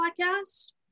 podcast